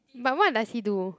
but what does he do